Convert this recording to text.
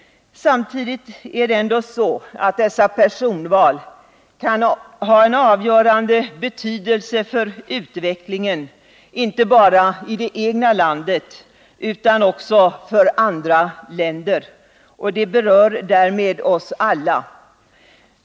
Samtidigt är det dock så att dessa personval kan ha en avgörande betydelse för utvecklingen, inte bara i det egna landet utan också för andra länder. De berör därmed oss alla.